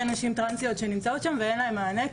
נשים טרנסיות שנמצאות שם ואין להן מענה.